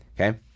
okay